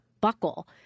buckle